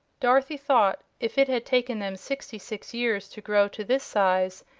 dorothy thought, if it had taken them sixty-six years to grow to this size,